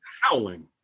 howling